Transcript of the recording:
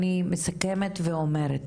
אני מסכמת ואומרת,